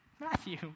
Matthew